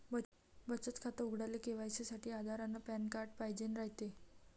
बचत खातं उघडाले के.वाय.सी साठी आधार अन पॅन कार्ड पाइजेन रायते